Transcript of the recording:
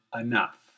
enough